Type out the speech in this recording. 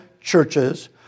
churches